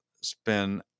spend